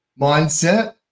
mindset